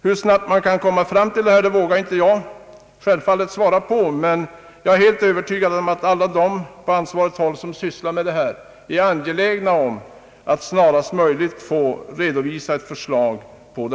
Hur snabbt detta kan ske kan jag självfallet inte uttala mig om, men jag är övertygad om att de som på ansvarigt håll sysslar med denna fråga är angelägna om att snarast kunna framlägga ett förslag.